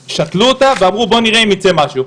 שתלו אותה ואמרו בואו נראה אם ייצא משהו.